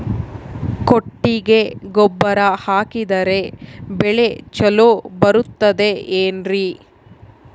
ಕೊಟ್ಟಿಗೆ ಗೊಬ್ಬರ ಹಾಕಿದರೆ ಬೆಳೆ ಚೊಲೊ ಬರುತ್ತದೆ ಏನ್ರಿ?